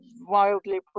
wildly